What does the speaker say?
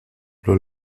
los